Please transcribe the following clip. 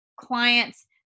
clients